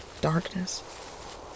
Darkness